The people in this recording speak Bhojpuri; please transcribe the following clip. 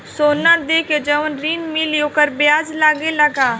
सोना देके जवन ऋण मिली वोकर ब्याज लगेला का?